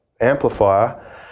Amplifier